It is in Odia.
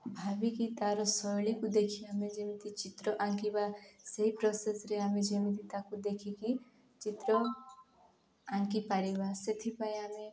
ଆମିକି ତା'ର ଶୈଳୀକୁ ଦେଖି ଆମେ ଯେମିତି ଚିତ୍ର ଆଙ୍କିବା ସେହି ପ୍ରସେସ୍ରେ ଆମେ ଯେମିତି ତାକୁ ଦେଖିକି ଚିତ୍ର ଆଙ୍କିପାରିବା ସେଥିପାଇଁ ଆମେ